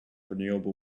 renewable